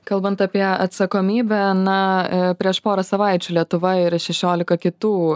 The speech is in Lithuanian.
kalbant apie atsakomybę na prieš porą savaičių lietuva ir šešiolika kitų